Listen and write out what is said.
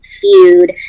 feud